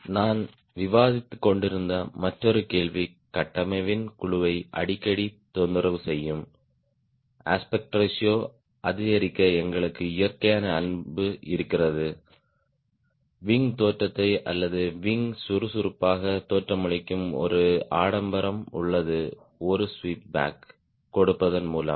நான் விவாதித்துக்கொண்டிருந்த மற்றொரு கேள்வி கட்டமைப்பின் குழுவை அடிக்கடி தொந்தரவு செய்யும் அஸ்பெக்ட் ரேஷியோ அதிகரிக்க எங்களுக்கு இயற்கையான அன்பு இருக்கிறது விங் தோற்றத்தை அல்லது விங் சுறுசுறுப்பாக தோற்றமளிக்கும் ஒரு ஆடம்பரம் உள்ளது ஒரு ஸ்வீப் பேக் கொடுப்பதன் மூலம்